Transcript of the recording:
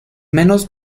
menos